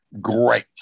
great